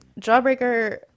Jawbreaker